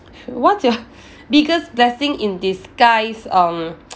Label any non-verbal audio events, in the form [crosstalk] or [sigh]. what's your [breath] biggest blessing in disguise um [noise]